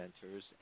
centers